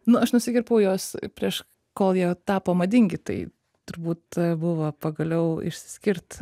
nu aš nusipirkau juos prieš kol jie tapo madingi tai turbūt buvo pagaliau išsiskirt